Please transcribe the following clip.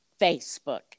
Facebook